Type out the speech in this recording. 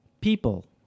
people